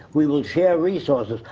we will share resources.